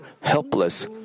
helpless